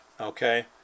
okay